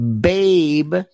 babe